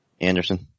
Anderson